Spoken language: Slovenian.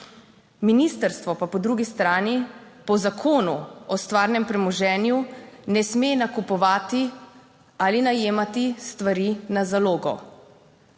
Ministrstvo pa po drugi strani po zakonu o stvarnem premoženju ne sme nakupovati ali najemati stvari na zalogo.